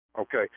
Okay